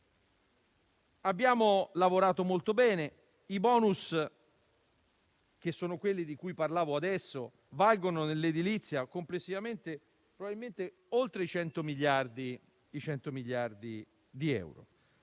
Abbiamo lavorato molto bene. I *bonus* di cui parlavo poco fa valgono nell'edilizia complessivamente probabilmente oltre 100 miliardi di euro.